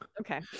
okay